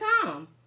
come